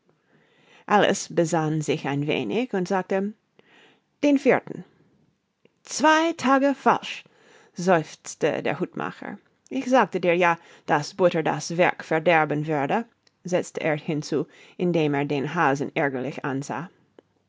alice besann sich ein wenig und sagte den vierten zwei tage falsch seufzte der hutmacher ich sagte dir ja daß butter das werk verderben würde setzte er hinzu indem er den hasen ärgerlich ansah